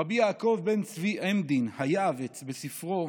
רבי יעקב בן צבי עמדין, היעב"ץ, כותב בספרו